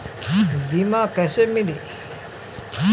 बीमा कैसे मिली?